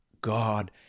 God